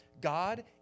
God